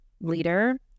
leader